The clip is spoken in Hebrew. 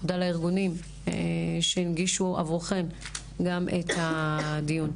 תודה לארגונים שהנגישו עבורכן גם את הדיון.